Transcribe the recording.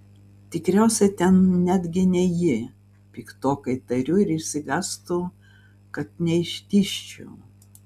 tikriausiai ten netgi ne ji piktokai tariu ir išsigąstu kad neištižčiau